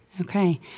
Okay